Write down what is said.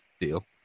deal